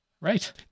Right